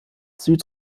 süd